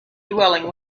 dwelling